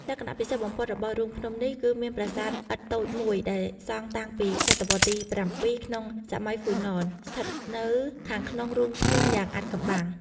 លក្ខណៈពិសេសបំផុតរបស់រូងភ្នំនេះគឺមានប្រាសាទឥដ្ឋតូចមួយដែលសង់តាំងពីសតវត្សរ៍ទី៧ ក្នុងសម័យហ្វូណន ស្ថិតនៅខាងក្នុងរូងភ្នំយ៉ាងអាថ៌កំបាំង។